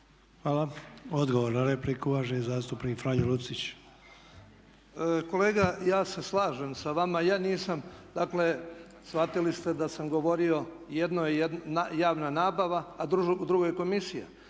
Hvala. Odgovor na repliku, uvaženi zastupnik Franjo Lucić. **Lucić, Franjo (HDZ)** Kolega ja se slažem sa vama. Ja nisam, dakle shvatili ste da sam govorio jedno je javna nabava a drugo je komisija.